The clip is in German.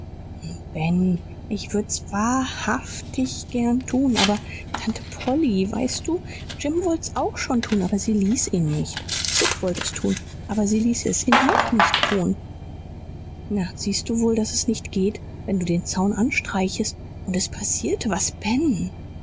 ben ich würd's wahr haf tig gern tun aber tante polly weißt du jim wollt's auch schon tun aber sie ließ ihn nicht sid wollte es tun aber sie ließ es ihn auch nicht tun na siehst du wohl daß es nicht geht wenn du den zaun anstrichest und es passierte was